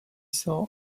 saw